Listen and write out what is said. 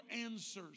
answers